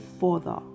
further